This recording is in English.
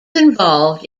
involved